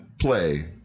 play